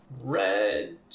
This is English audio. red